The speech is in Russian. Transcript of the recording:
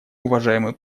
уважаемый